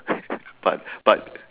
but but